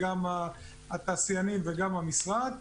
גם התעשיינים וגם המשרד.